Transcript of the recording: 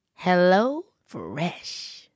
HelloFresh